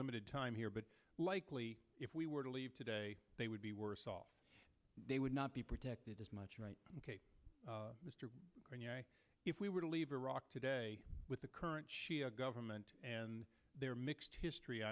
limited time here but likely if we were to leave today they would be worse off they would not be protected as much right mister if we were to leave iraq today with the current shia government and their mixed history